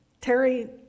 Terry